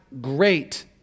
great